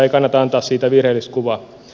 ei kannata antaa siitä virheellistä kuvaa